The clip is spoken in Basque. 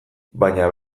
baina